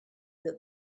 that